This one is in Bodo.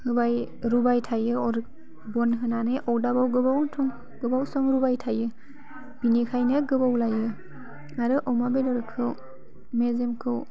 होबाय रुबाय थायो अर बन होनानै अदाबाव गोबाव सम गोबाव सम रुबाय थायो बेनिखायनो गोबाव लायो आरो अमा बेदरखौ मेजेमखौ